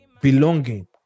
belonging